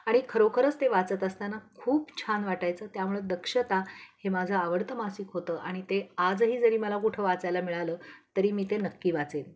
आणि खरोखरच ते वाचत असताना खूप छान वाटायचं त्यामुळं दक्षता हे माझं आवडतं मासिक होतं आणि ते आजही जरी मला कुठं वाचायला मिळालं तरी मी ते नक्की वाचेन